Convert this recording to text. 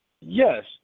Yes